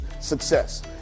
success